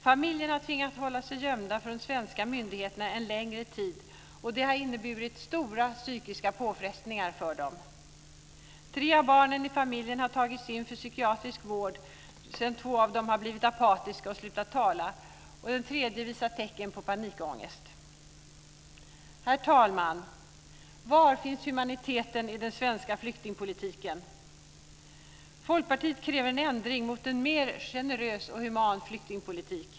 Familjen har tvingats hålla sig gömd från de svenska myndigheterna en längre tid, och det har inneburit stora psykiska påfrestningar för den. Tre av barnen i familjen har tagits in för psykiatrisk vård sedan två av dem har blivit apatiska och slutat tala och den tredje visat tecken på panikångest. Herr talman! Var finns humaniteten i den svenska flyktingpolitiken? Folkpartiet kräver en ändring mot en mer generös och human flyktingpolitik.